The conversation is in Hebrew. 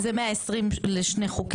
זה הכול מאוזן בסוף.